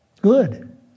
Good